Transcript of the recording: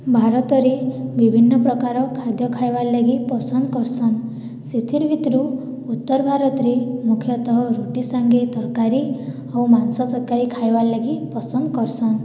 ଭାରତରେ ବିଭିନ୍ନ ପ୍ରକାର ଖାଦ୍ୟ ଖାଇବାର୍ ଲାଗି ପସନ୍ଦ କରିଛନ୍ ସେଥି ଭିତରୁ ଉତ୍ତର ଭାରତରେ ମୁଖ୍ୟତଃ ରୁଟି ସାଙ୍ଗେ ତରକାରୀ ଆଉ ମାଛ ତରକାରୀ ଖାଇବାର୍ ଲାଗି ପସନ୍ଦ କରିଛନ୍